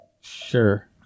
Sure